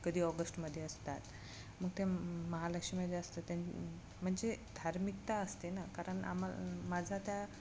कधी ऑगस्टमध्ये असतात मग त्या महालक्ष्म्या ज्या असतात त्यां म्हणजे धार्मिकता असते ना कारण आमाल माझा त्या